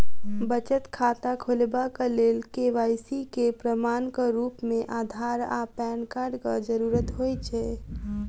बचत खाता खोलेबाक लेल के.वाई.सी केँ प्रमाणक रूप मेँ अधार आ पैन कार्डक जरूरत होइ छै